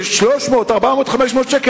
של 300, 400, 500 ש"ח.